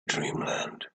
dreamland